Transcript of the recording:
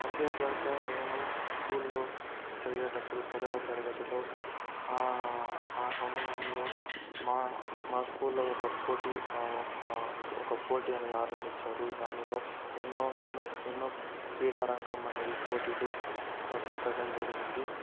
అంతేకాక నేను స్కూల్ లో చదివేటప్పుడు పదవ తరగతిలో ఆ సమయంలో మా మా స్కూల్ లో ఒక పోటి ఒక ఒక పోటి అనేది ఆరంభించారు దానిలో ఎన్నో ఎన్నో ఎన్నో క్రీడారంగం అనేది పోటీలు పెట్టడం జరిగింది